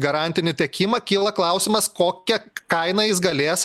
garantinį tiekimą kyla klausimas kokią kainą jis galės